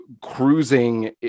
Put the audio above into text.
cruising